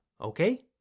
okay